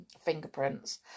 fingerprints